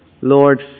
Lord